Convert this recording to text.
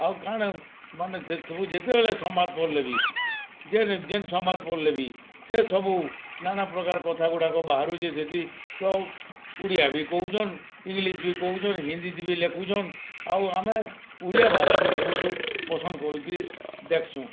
ଆଉ କାଣା ମାନେ ସେସବୁ ଯେତେବେଲେ ସମ୍ୱାଦ୍ ପଢ଼୍ଲେ ବି ଯେନ୍ ଯେନ୍ ସମ୍ବାଦ୍ ପଢ଼୍ଲେ ବି ସେ ସବୁ ନାନା ପ୍ରକାର୍ କଥାଗୁଡ଼ାକ ବାହାରୁଛେ ସେଥି ତ ଆଉ ଓଡ଼ିଆ ବି କହୁଛନ୍ ଇଂଲିଶ୍ ବି କହୁଛନ୍ ହିନ୍ଦୀତି ବି ଲେଖୁଛନ୍ ଆଉ ଆମେ ଓଡ଼ିଆ ଭାଷାକେ ସବୁଠୁ ପସନ୍ଦ୍ କରିକିରି ଦେଖ୍ସୁଁ